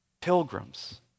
pilgrims